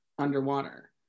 underwater